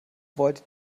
wollte